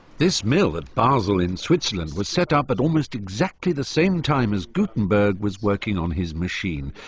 this mill at basel in switzerland was set up at almost exactly the same time as gutenberg was working on his machine,